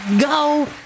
go